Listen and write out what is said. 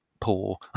poor